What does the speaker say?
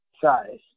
size